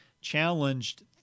challenged